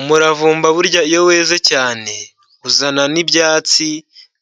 Umuravumba burya iyo weze cyane uzana n'ibyatsi